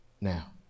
now